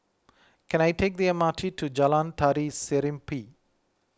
can I take the M R T to Jalan Tari Serimpi